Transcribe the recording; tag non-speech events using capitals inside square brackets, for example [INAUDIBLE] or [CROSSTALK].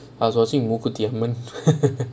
I was watching Mookuthi அம்மன்:mookuthi amman [LAUGHS]